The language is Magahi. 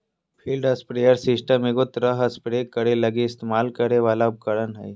फील्ड स्प्रेयर सिस्टम एगो तरह स्प्रे करे लगी इस्तेमाल करे वाला उपकरण हइ